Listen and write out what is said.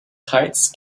kites